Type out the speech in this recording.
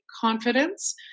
confidence